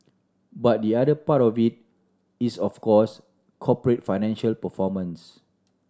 but the other part of it is of course corporate financial performance